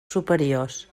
superiors